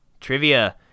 Trivia